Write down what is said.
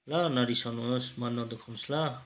ल नरिसाउनुहोस् मन नदुखाउनुहोस् ल